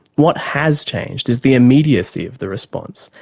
what has changed is the immediacy of the response,